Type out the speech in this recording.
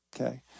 Okay